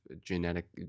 genetic